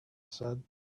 said